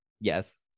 Yes